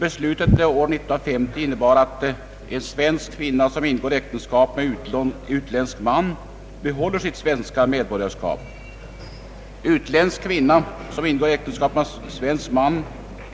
Beslutet år 1950 innebär att svensk kvinna, som ingår äktenskap med utländsk man, behåller sitt svenska medborgarskap. Utländsk kvinna som ingår äktenskap med svensk man